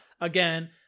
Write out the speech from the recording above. again